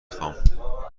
خواهم